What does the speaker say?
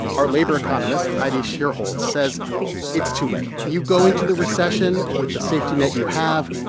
our labor economist heidi shierholz says it's too late. you go into the recession with the safety net you have,